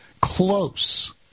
close